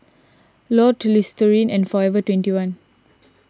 Lotte Listerine and forever twenty one